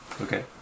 Okay